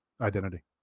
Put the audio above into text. identity